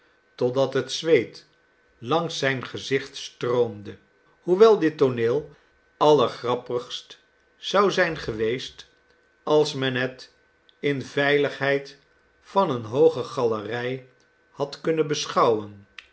totdat het zweet langs zijn gezicht stroomde hoewel dit tooneel allergrappigst zou zijn geweest als men het in veiligheid van eene hooge galerij had kunnen beschouwen